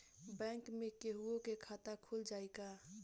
Bank में केहूओ के खाता खुल जाई का?